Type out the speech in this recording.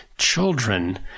Children